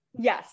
Yes